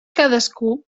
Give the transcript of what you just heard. cadascú